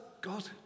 God